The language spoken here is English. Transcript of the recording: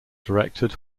directed